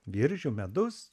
viržių medus